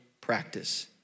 practice